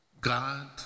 God